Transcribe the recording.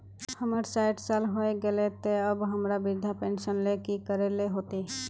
हमर सायट साल होय गले ते अब हमरा वृद्धा पेंशन ले की करे ले होते?